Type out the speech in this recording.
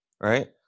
Right